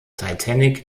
titanic